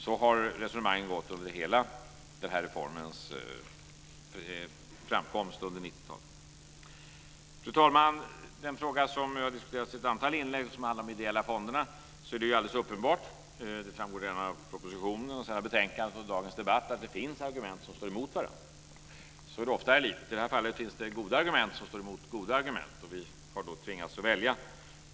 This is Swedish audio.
Så har resonemanget gått under hela reformens framkomst under Fru talman! Den fråga som har diskuterats i ett antal inlägg handlar om de ideella fonderna. Det är alldeles uppenbart - det framgår av propositionen, av betänkandet och av dagens debatt - att det finns argument som står emot varandra. Så är det ofta i livet. I det här fallet är det goda argument som står emot goda argument. Vi har då tvingats att välja.